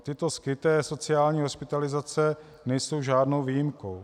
Tyto skryté sociální hospitalizace nejsou žádnou výjimkou.